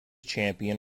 champion